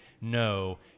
no